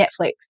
Netflix